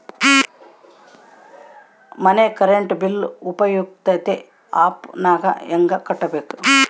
ಮನೆ current bill ಉಪಯುಕ್ತತೆ app ನಾಗ ಹೆಂಗ ಕಟ್ಟಬೇಕು?